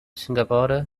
singapore